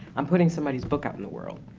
i'm putting somebody's book out in the world.